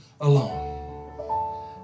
alone